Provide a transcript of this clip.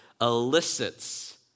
elicits